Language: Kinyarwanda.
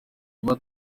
aho